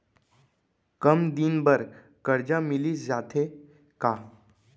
कम दिन बर करजा मिलिस जाथे का?